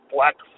Black